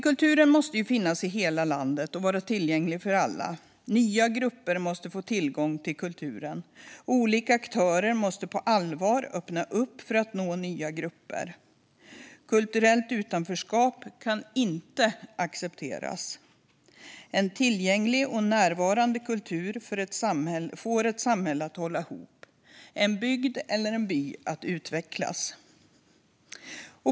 Kulturen måste finnas i hela landet och vara tillgänglig för alla. Nya grupper måste få tillgång till kulturen. Olika aktörer måste på allvar öppna upp för och nå nya grupper. Kulturellt utanförskap kan inte accepteras. En tillgänglig och närvarande kultur får ett samhälle att hålla ihop och en bygd eller en by att utvecklas.